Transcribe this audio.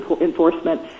enforcement